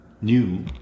new